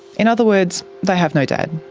in other words, they have no dad.